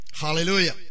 hallelujah